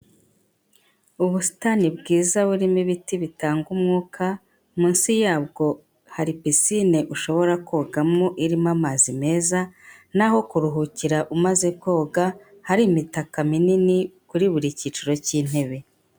Ubusitani bwiza burimo ibiti bitanga umwuka munsi yabwo hari pisine ushobora kogamo irimo amazi meza, n'aho kuruhukira umaze koga, hari imitaka minini kuri buri cyiciro cy'intebe.